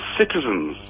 citizens